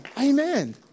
Amen